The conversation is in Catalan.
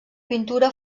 pintura